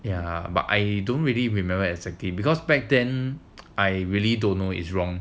ya but I don't really remember exactly because back then I really don't know is wrong